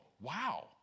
wow